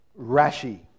Rashi